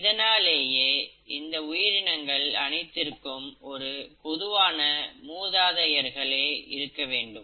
இதனாலேயே இந்த உயிரினங்கள் அனைத்திற்கும் ஒரு பொதுவான மூதாதையர்களே இருக்க வேண்டும்